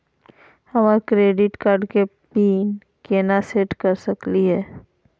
हमर credit card के PIN केना सेट कर सकली हे?